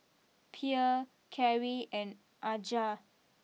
Pierre Carri and Aja